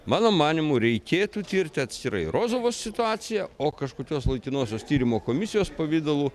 mano manymu reikėtų tirti atskirai rozovos situaciją o kažkokios laikinosios tyrimo komisijos pavidalu